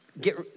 get